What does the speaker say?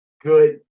good